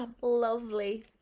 lovely